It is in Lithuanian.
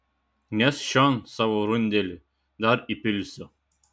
nešk čion savo rundelį dar įpilsiu